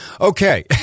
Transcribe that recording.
Okay